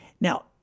Now